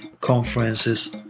conferences